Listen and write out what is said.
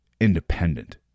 independent